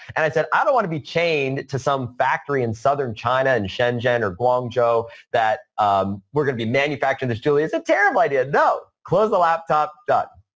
and i said i don't want to be chained to some factory in southern china, in shenzhen or guangzhou that um we're going to be manufacturing this jewelry. it's a terrible idea. no. close the laptop. done.